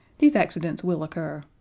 these accidents will occur.